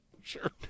Sure